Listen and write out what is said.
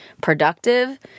productive